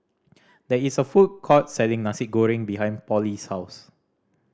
there is a food court selling Nasi Goreng behind Pollie's house